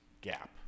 gap